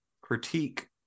critique